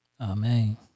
Amen